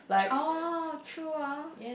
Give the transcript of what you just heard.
orh true ah